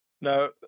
no